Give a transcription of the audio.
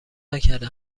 نکرده